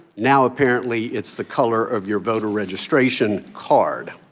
now, apparently, it's the color of your voter registration card.